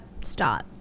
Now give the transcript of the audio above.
stop